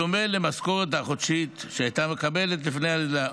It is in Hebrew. בדומה למשכורת החודשית שהייתה מקבלת לפני הלידה.